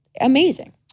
amazing